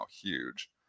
huge